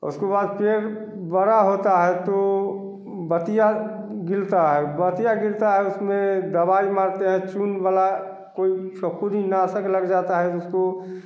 उसके बाद फिर बड़ा होता है तो बतिया गिरता है बतिया गिरता हैं उसमें दावाई मारते हैं चूनवाला कोई उसका ख़ुद ही नाशक लग जाता है जिसको